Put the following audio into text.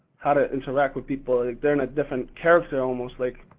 how to interact with people, like, they're in a different character, almost, like,